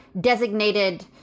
designated